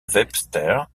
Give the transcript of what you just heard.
webster